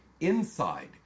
inside